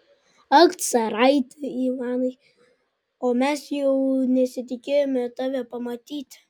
ak caraiti ivanai o mes jau nesitikėjome tave pamatyti